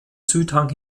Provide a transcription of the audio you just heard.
südhang